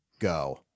go